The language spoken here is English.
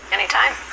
Anytime